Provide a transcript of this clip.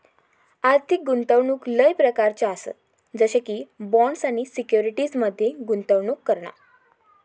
आर्थिक गुंतवणूक लय प्रकारच्ये आसत जसे की बॉण्ड्स आणि सिक्युरिटीज मध्ये गुंतवणूक करणा